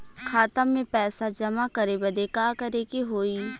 खाता मे पैसा जमा करे बदे का करे के होई?